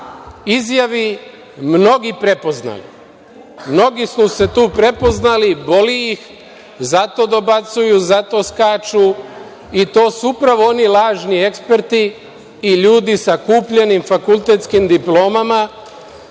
izjavi mnogi prepoznali. Mnogi su se tu prepoznali, boli ih, zato dobacuju, zato skaču, i to su upravo oni lažni eksperti i ljudi sa kupljenim fakultetskim diplomama